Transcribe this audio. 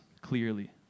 clearly